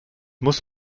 muss